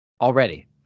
already